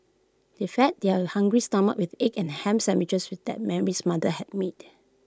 they fed their hungry stomachs with egg and Ham Sandwiches that Mary's mother had made